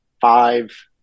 five